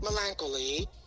melancholy